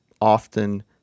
often